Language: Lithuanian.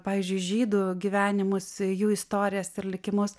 pavyzdžiui žydų gyvenimus jų istorijas ir likimus